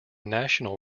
national